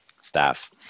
staff